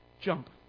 jump